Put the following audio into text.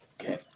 Okay